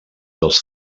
dels